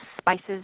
spices